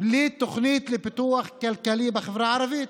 בלי תוכנית לפיתוח כלכלי בחברה הערבית.